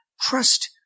trust